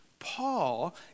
Paul